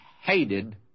hated